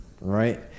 right